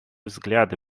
взгляды